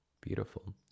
beautiful